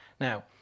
now